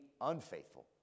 unfaithful